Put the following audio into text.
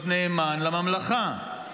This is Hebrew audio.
להיות נאמן לממלכה,